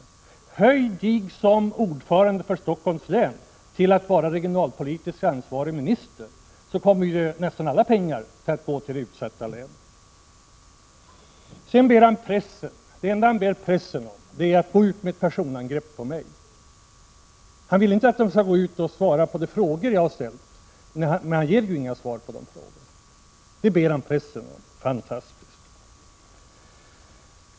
Han borde höja sig från att vara socialdemokratisk ordförande för Stockholms län till att vara regionalpolitiskt ansvarig minister, då kommer nästan alla pengar att gå till utsatta län. Sedan vänder han sig till pressen och ber dem att gå ut med ett personangrepp på mig. Han vill inte att den skall ge svar på de frågor jag har ställt, för han ger ju inga svar på de frågorna. Detta ber han pressen om — fantastiskt.